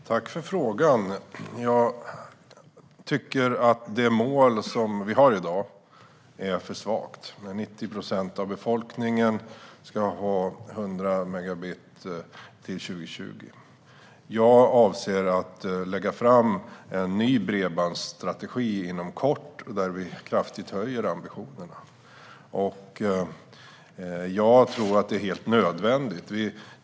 Herr talman! Tack för frågan! Jag tycker att det mål vi har i dag, att 90 procent av befolkningen ska ha 100 megabit till 2020, är för svagt. Jag avser att inom kort lägga fram en ny bredbandsstrategi, där vi kraftigt höjer ambitionerna. Jag tror att det är helt nödvändigt.